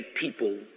people